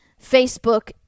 Facebook